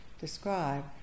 describe